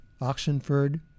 Oxenford